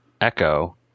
Echo